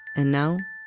and now,